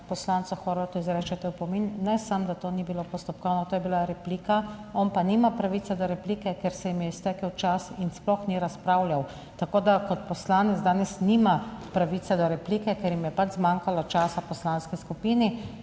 poslancu Horvatu izrečete opomin. Ne samo, da to ni bilo postopkovno, to je bila replika, on pa nima pravice do replike, ker se jim je iztekel čas in sploh ni razpravljal, tako da kot poslanec danes nima pravice do replike, ker jim je pač zmanjkalo časa v poslanski skupini